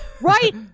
Right